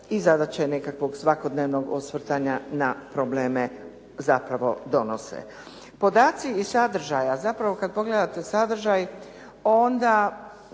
i zadaće nekakvog svakodnevnog osvrtanja na probleme zapravo donose. Podaci iz sadržaja. Zapravo kad pogledate sadržaj onda